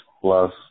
plus